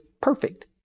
perfect